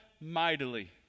mightily